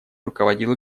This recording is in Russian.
руководил